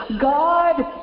God